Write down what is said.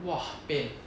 !wah! pain